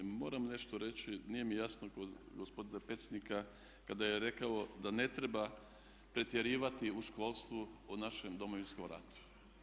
Moram nešto reći, nije mi jasno kod gospodina predsjednika kada je rekao da ne treba pretjerivati u školstvu o našem Domovinskom ratu.